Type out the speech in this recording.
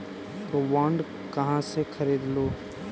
तु बॉन्ड कहा से खरीदलू?